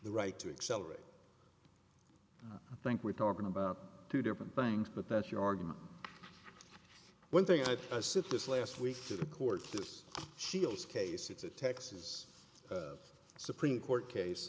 the right to accelerate think we're talking about two different things but that's your argument one thing i sit this last week to the court it's shields case it's a texas supreme court case